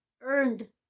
earned